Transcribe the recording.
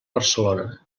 barcelona